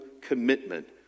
commitment